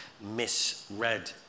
misread